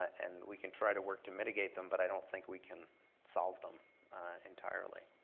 and we can try to work to mitigate them, but i don't think we can solve them entirely.